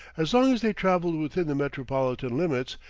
as long as they traveled within the metropolitan limits,